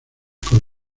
con